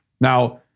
Now